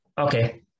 Okay